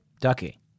Ducky